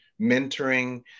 mentoring